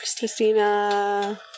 Christina